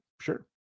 Sure